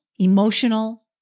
Emotional